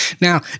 Now